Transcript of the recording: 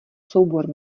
soubor